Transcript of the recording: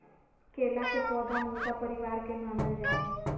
केला के पौधा मूसा परिवार के मानल जा हई